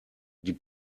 die